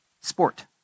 sport